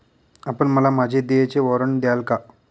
आपण मला माझे देयचे वॉरंट द्याल का?